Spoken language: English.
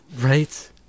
right